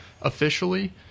officially